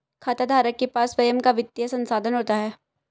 खाताधारक के पास स्वंय का वित्तीय संसाधन होता है